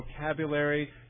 vocabulary